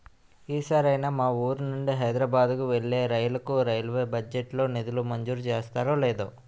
ఈ సారైనా మా వూరు నుండి హైదరబాద్ కు వెళ్ళే రైలుకు రైల్వే బడ్జెట్ లో నిధులు మంజూరు చేస్తారో లేదో